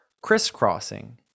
crisscrossing